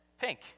pink